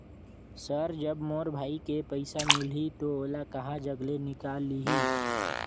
Sir जब मोर भाई के पइसा मिलही तो ओला कहा जग ले निकालिही?